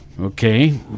Okay